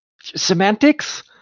semantics